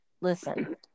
listen